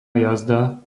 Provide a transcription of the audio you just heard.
jazda